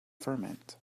ferment